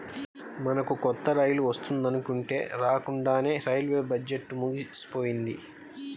మనకు కొత్త రైలు వస్తుందనుకుంటే రాకండానే రైల్వే బడ్జెట్టు ముగిసిపోయింది